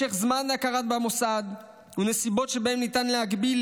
משך זמן ההכרה במוסד ונסיבות שבהן ניתן להגביל,